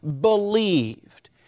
believed